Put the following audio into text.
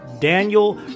Daniel